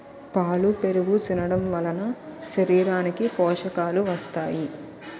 పాలు పెరుగు తినడంవలన శరీరానికి పోషకాలు వస్తాయి